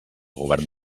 govern